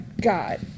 god